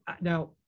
now –